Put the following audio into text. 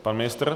Pan ministr?